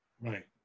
right